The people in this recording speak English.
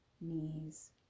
knees